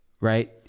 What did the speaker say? right